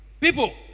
People